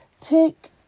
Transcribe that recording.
take